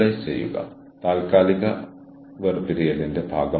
സാഹചര്യത്തിന്റെ ധാർമ്മികതയെക്കുറിച്ചല്ല ഞാൻ സംസാരിക്കുന്നത്